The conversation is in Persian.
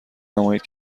نمایید